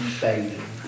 fading